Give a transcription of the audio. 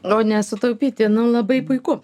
nu ne sutaupyti labai puiku